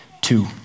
two